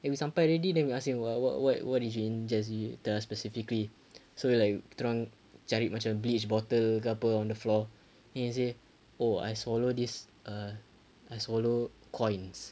then we sampai already then we ask him what what what did you inject you tell us specifically so we like dia orang cari macam bleach bottle ke apa on the floor then he said oh I swallow this uh I swallow coins